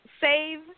save